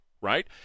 right